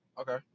Okay